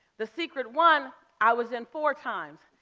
the secret one, i was in four times.